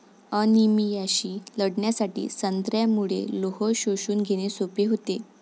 अनिमियाशी लढण्यासाठी संत्र्यामुळे लोह शोषून घेणे सोपे होते